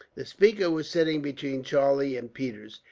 the speaker was sitting between charlie and peters,